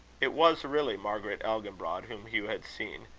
it was really margaret elginbrod whom hugh had seen.